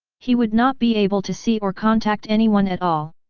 he would not be able to see or contact anyone at all.